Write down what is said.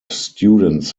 students